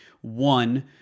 one